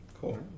Cool